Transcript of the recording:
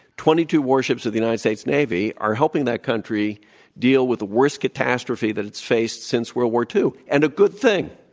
twenty two warships of the united states navy are helping that country deal with the worst catastrophe that it's faced since world war ii. and a good thing.